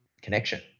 connection